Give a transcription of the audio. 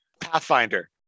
Pathfinder